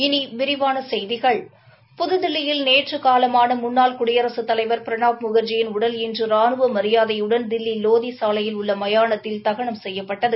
இனி விரிவான செய்திகள் புதுதில்லியில் நேற்று காலமான முன்னாள் குடியரசுத் தலைவா பிரணாப் முகாஜியின் உடல் இன்று ரானுவ மரியாதையுடன் தில்லி லோதி சாலையில் உள்ள மயானத்தில் தகனம் செய்யப்பட்டது